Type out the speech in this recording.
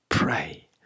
Pray